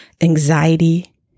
anxiety